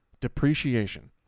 Depreciation